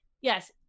yes